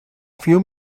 few